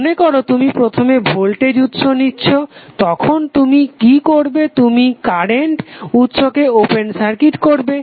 মনেকর তুমি প্রথমে ভোল্টেজ উৎস নিচ্ছো তখন তুমি কি করবে তুমি কারেন্ট উৎসকে ওপেন সার্কিট করবে